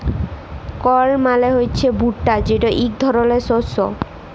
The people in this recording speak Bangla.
কর্ল মালে হছে ভুট্টা যেট ইক ধরলের শস্য